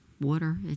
water